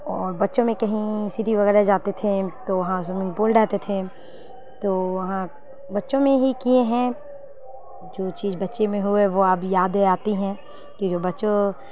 اور بچوں میں کہیں سٹی وغیرہ جاتے تھے تو وہاں سوئمنگ پول رہتے تھے تو وہاں بچوں میں ہی کیے ہیں جو چیز بچے میں ہوئے وہ اب یادیں آتی ہیں کہ جو بچوں